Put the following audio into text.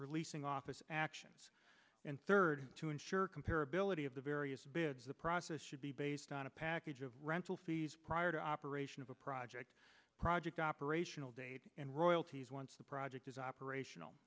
for leasing office actions and third to ensure compare ability of the various bids the process should be based on a package of rental fees prior to operation of a project project operational date and royalties once the project is operational